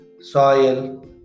soil